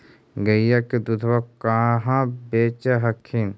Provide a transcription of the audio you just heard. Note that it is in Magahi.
गईया के दूधबा कहा बेच हखिन?